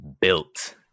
built